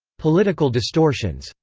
political distortions.